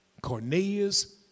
Cornelius